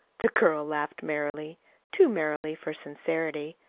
the girl laughed merrily too merrily for sincerity.